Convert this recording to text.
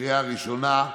לקריאה ראשונה.